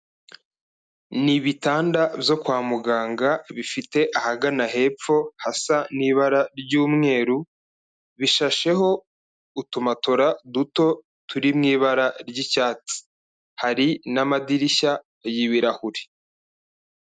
Ni ibitanda byo kwa muganga bifite ahagana hepfo hasa n'ibara ry'umweru, bishasheho utumatora duto turi mu ibara ry'icyatsi, hari n'amadirishya y'ibirahure.